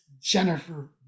Jennifer